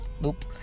Nope